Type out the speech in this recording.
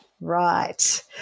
Right